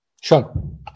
Sure